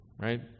right